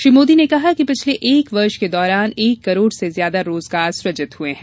श्री मोदी ने कहा कि पिछले एक वर्ष के दौरान एक करोड़ से ज्यादा रोजगार सृजित हुए है